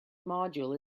module